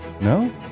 No